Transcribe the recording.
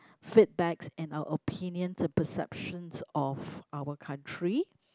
feedbacks and our opinions and perceptions of our country